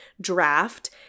draft